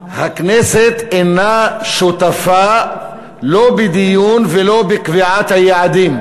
הכנסת אינה שותפה לא בדיון ולא בקביעת היעדים,